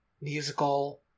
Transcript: musical